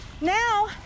Now